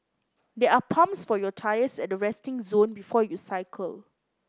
there are pumps for your tyres at the resting zone before you cycle